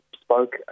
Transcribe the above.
spoke